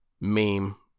meme